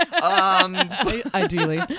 Ideally